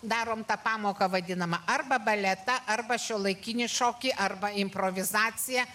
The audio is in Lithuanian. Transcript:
darom tą pamoką vadinamą arba baletą arba šiuolaikinį šokį arba improvizacija